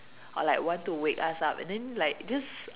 or like want to wake us up and then like just